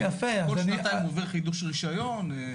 כל שנתיים עובר חידוש רישיון.